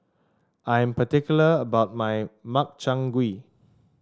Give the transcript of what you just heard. I'm particular about my Makchang Gui